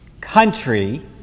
country